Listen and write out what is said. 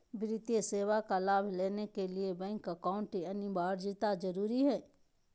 वित्तीय सेवा का लाभ लेने के लिए बैंक अकाउंट अनिवार्यता जरूरी है?